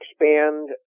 expand